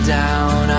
down